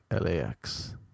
LAX